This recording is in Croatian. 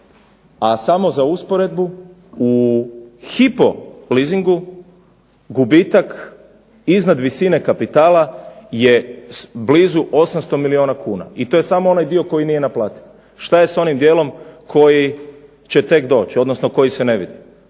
a samo za usporedbu, u Hypo leasingu gubitak iznad visine kapitala je blizu 800 milijuna kuna i to je samo onaj dio koji nije naplativ. Što je sa onim dijelom koji će tek doći, koji se ne vidi.